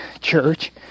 church